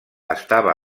estava